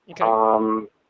Okay